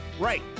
Right